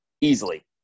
easily